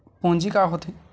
पूंजी का होथे?